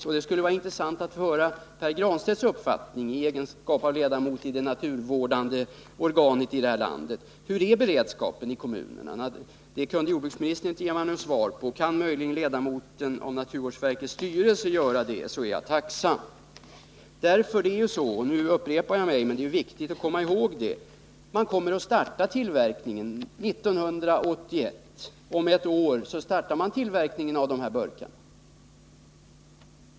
Det skulle därför vara intressant att höra Pär Granstedts uppfattning på denna punkt i hans egenskap av ledamot i styrelsen för det naturvårdande organet i det här landet. Hur är beredskapen i kommunerna? Jordbruksministern kunde inte ge mig något svar på det. Om ledamoten av naturvårdsverkets styrelse Pär Granstedt möjligen kan göra det, så är jag tacksam. Det är ju så — jag är tvungen att upprepa detta — att man kommer att starta tillverkningen av dessa burkar 1981, alltså om ett år.